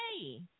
hey